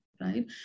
right